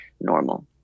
normal